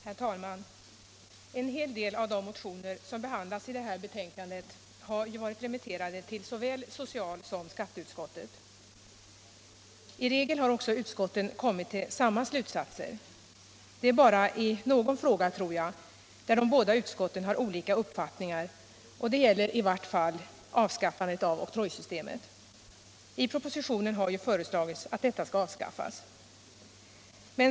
Herr talman! En hel del av de motioner som behandlas i det här betänkandet har ju varit remitterade till såväl socialsom skatteutskottet. I regel har också utskotten kommit till samma slutsatser. Det är bara i någon fråga, tror jag, som de båda utskotten har olika uppfattningar, och det gäller i vart fall avskaffandet av oktrojsystemet. I propositionen har ju föreslagits att detta skall avskaffas.